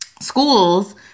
schools